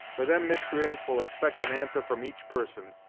for them miscreants will expect an answer from each person,